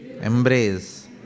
embrace